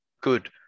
good